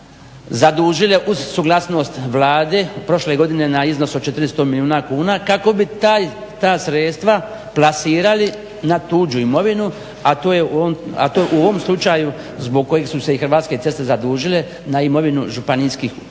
zadužile uz suglasnost Vlade prošle godine na iznos od 400 milijuna kuna kako bi ta sredstva plasirali na tuđu imovinu a to u ovom slučaju zbog kojih su se i hrvatske ceste zadužile na imovinu županijske uprave